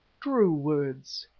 true words,